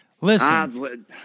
Listen